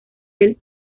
del